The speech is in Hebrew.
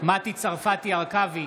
מטי צרפתי הרכבי,